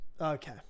Okay